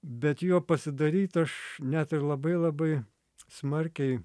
bet juo pasidaryt aš net ir labai labai smarkiai